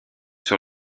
sur